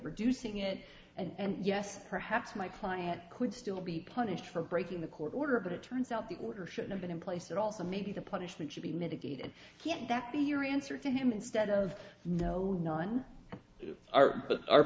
reducing it and yes perhaps my client could still be punished for breaking the court order but it turns out the order should have been in place that also maybe the punishment should be mitigated can't that be your answer to him instead of no not on our